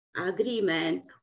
agreement